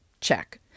check